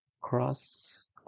cross